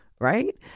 Right